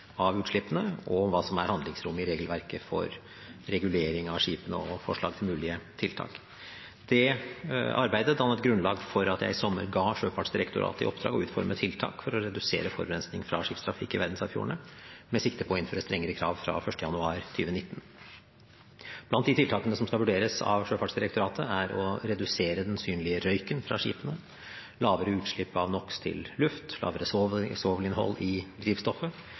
av utslippene, hva som er handlingsrommet i regelverket for regulering av skipene, og forslag til mulige tiltak. Det arbeidet dannet grunnlag for at jeg i sommer ga Sjøfartsdirektoratet i oppdrag å utforme tiltak for å redusere forurensning fra skipstrafikk i verdensarvfjordene med sikte på å innføre strengere krav fra 1. januar 2019. Blant tiltakene som skal vurderes av Sjøfartsdirektoratet, er å redusere den synlige røyken fra skipene, lavere utslipp av NOx til luft og lavere svovelinnhold i drivstoffet,